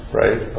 right